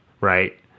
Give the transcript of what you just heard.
right